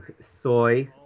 soy